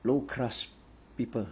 low class people